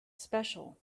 special